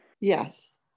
Yes